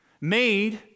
made